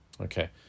Okay